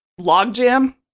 logjam